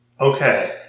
Okay